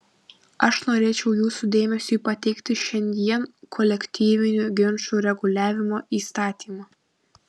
aš norėčiau jūsų dėmesiui pateikti šiandien kolektyvinių ginčų reguliavimo įstatymą